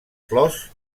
flors